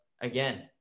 again